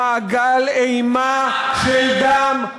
לא נידונו למעגל אימה של דם,